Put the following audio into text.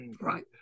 right